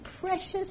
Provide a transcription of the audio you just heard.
precious